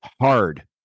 hard